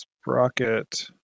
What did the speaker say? Sprocket